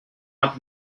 hat